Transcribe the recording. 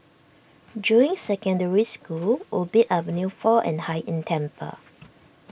Juying Secondary School Ubi Avenue four and Hai Inn Temple